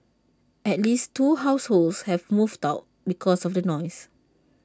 at least two households have moved out because of the noise